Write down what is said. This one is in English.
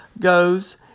goes